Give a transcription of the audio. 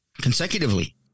consecutively